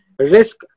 risk